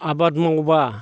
आबाद मावोबा